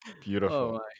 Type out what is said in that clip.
Beautiful